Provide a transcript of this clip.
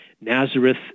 Nazareth